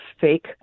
fake